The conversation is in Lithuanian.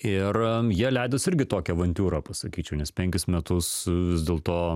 ir jie leidosi irgi tokią avantiūrą pasakyčiau nes penkis metus vis dėl to